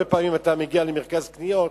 אתה מגיע למרכז קניות,